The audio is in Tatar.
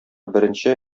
беренче